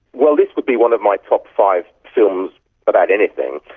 well, this would be one of my top five films about anything.